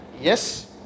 yes